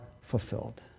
fulfilled